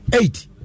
eight